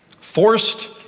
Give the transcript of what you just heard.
Forced